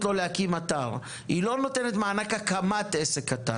לו להקים אתר; היא לא נותנת מענק הקמת עסק קטן.